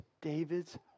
David's